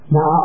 Now